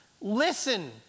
Listen